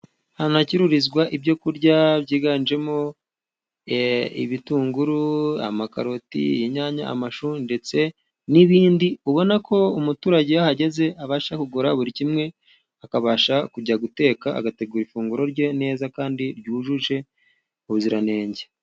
Hanacururizwa ibyo kurya byiganjemo ibitunguru, amakaroti, inyanya, amashu ndetse n'ibindi. Ubona ko umuturage iyo ahageze abasha kugura buri kimwe akabasha kujya guteka agategura ifunguro rye neza kandi ryujuje ubuziranenge